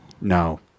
No